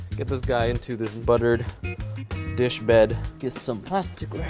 get this guy into this buttered dish bed, get some plastic wrap,